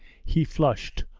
he flushed,